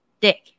dick